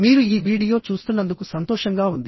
మీరు ఈ వీడియో చూస్తున్నందుకు సంతోషంగా ఉంది